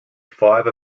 five